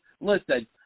listen